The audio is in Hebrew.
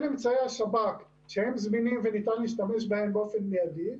אמצעי השב"כ שהם זמינים וניתן להשתמש בהם באופן מיידי,